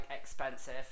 expensive